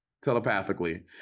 telepathically